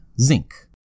zinc